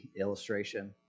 illustration